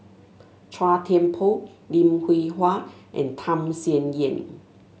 Chua Thian Poh Lim Hwee Hua and Tham Sien Yen